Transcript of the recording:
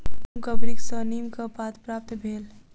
नीमक वृक्ष सॅ नीमक पात प्राप्त भेल